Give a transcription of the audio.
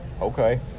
okay